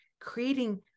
creating